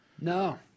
No